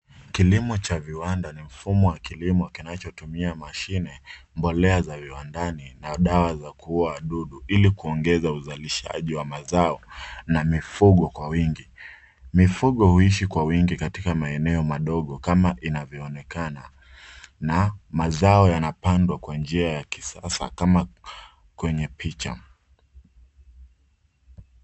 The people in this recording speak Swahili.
Kilimo cha viwanda ni mfumo wa kilimo kinachotumia mashine, mbolea za viwandani na dawa za kuua wadudu ili kuongeza uzalishaji wa mazao na mifugo kwa uwingi. Mifugo huishi kwa uwingi katika maeneo madogo kama inavyoonekana na mazao yanapandwa kwa njia ya kisasa kama kwenye picha.